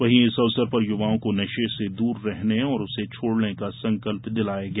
वहीं इस अवसर पर युवाओं को नशे से दूर रहने और उसे छोडने का संकल्प दिलाया गया